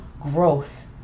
Growth